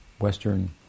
Western